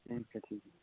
ਠੀਕ ਹੈ ਠੀਕ ਹੈ